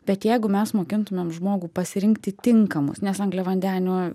bet jeigu mes mokintumėm žmogų pasirinkti tinkamus nes angliavandenių